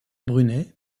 brunet